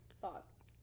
Thoughts